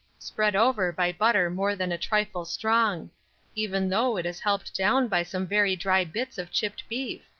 spread over by butter more than a trifle strong even though it is helped down by some very dry bits of chipped beef?